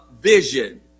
vision